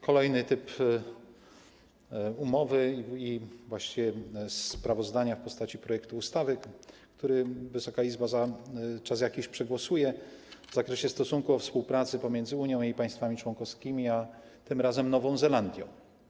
Kolejny typ umowy i właściwie sprawozdania w postaci projektu ustawy, który Wysoka Izba za jakiś czas przegłosuje, w zakresie stosunków i współpracy pomiędzy Unią i jej państwami członkowskimi a tym razem Nową Zelandią.